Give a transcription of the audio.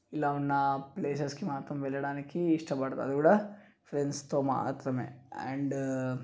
ఇలా ఉన్న ప్లేసెస్కి మాత్రం వెళ్ళడానికి ఇష్టపడతా అదికూడా ఫ్రెండ్స్తో మాత్రమే అండ్